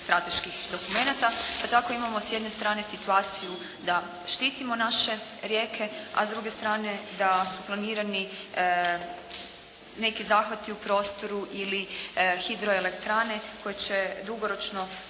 strateških dokumenata pa tako imamo s jedne strane situaciju da štitimo naše rijeke a s druge strane da su planirani neki zahvati u prostoru ili hidroelektrane koje će dugoročno